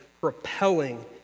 propelling